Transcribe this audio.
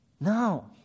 No